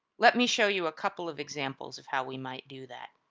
let me show you a couple of examples of how we might do that.